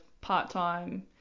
part-time